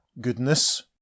goodness